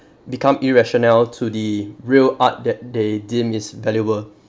become irrational to the real art that they deem is valuable